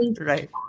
Right